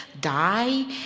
die